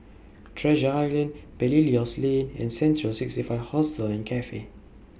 Treasure Island Belilios Lane and Central sixty five Hostel and Cafe